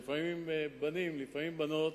לפעמים בנים ולפעמים בנות,